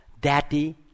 daddy